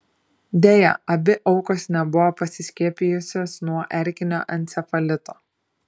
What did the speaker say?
deja abi aukos nebuvo pasiskiepijusios nuo erkinio encefalito